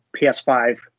PS5